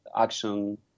action